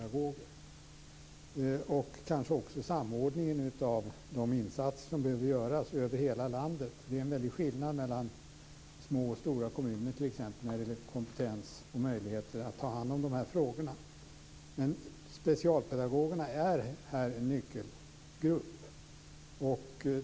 Skälet är kanske också brister i samordningen av de insatser som behöver göras över hela landet. Det finns en väldig skillnad mellan små och stora kommuner t.ex. när det gäller kompetens och möjligheter att ta hand om de här frågorna. Specialpedagogerna är en nyckelgrupp här.